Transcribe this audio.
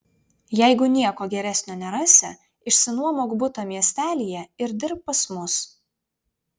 jeigu nieko geresnio nerasi išsinuomok butą miestelyje ir dirbk pas mus